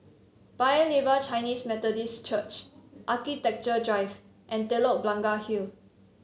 Paya Lebar Chinese Methodist Church Architecture Drive and Telok Blangah Hill